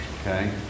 Okay